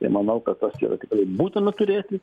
tai manau kad tas yra tikrai būtina turėti